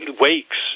weeks